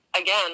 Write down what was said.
again